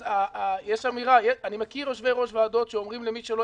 אז אני מכיר יושבי-ראש ועדות שאומרים למי שלא